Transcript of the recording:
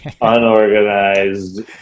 unorganized